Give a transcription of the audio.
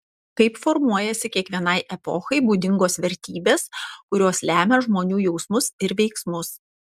kaip formuojasi kiekvienai epochai būdingos vertybės kurios lemia žmonių jausmus ir veiksmus